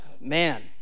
Man